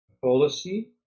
policy